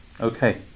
okay